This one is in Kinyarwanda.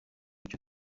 icyo